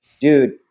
dude